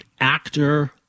actor